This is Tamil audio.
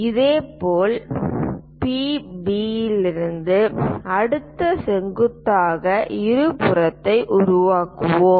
இதேபோல் PB இலிருந்து அடுத்த செங்குத்தாக இருபுறத்தை உருவாக்குவோம்